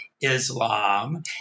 islam